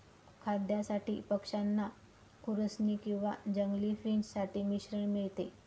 खाद्यासाठी पक्षांना खुरसनी किंवा जंगली फिंच साठी मिश्रण मिळते